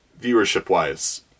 viewership-wise